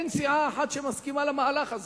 אין סיעה אחת שמסכימה למהלך הזה.